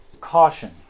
Caution